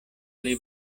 pli